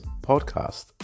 podcast